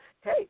hey